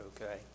okay